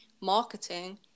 marketing